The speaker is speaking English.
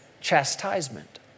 chastisement